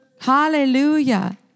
Hallelujah